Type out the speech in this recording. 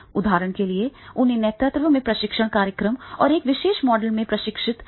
उदाहरण के लिए उन्हें नेतृत्व में प्रशिक्षण कार्यक्रम और एक विशेष मॉडल में प्रशिक्षित किया गया है